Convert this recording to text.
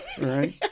right